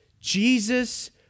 Jesus